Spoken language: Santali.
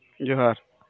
ᱡᱚᱦᱟᱨ